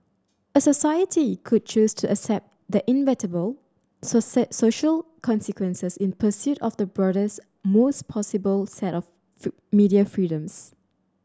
a society could choose to accept the inevitable social consequences in pursuit of the broadest most possible set of media freedoms